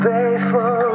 Faithful